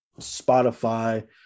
Spotify